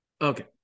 Okay